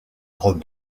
rome